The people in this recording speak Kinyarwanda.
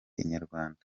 inyarwanda